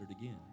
again